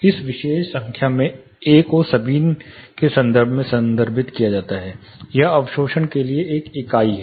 इस विशेष संख्या में ए को साबिन के संदर्भ में संदर्भित किया जाता है यह अवशोषण के लिए एक इकाई है